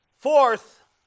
Fourth